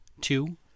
two